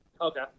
Okay